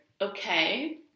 Okay